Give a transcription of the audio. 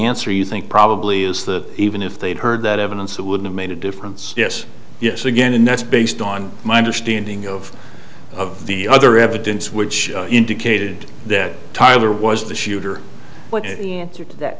answer you think probably is that even if they'd heard that evidence it would have made a difference yes yes again and that's based on my understanding of of the other evidence which indicated that tyler was the shooter but he answered that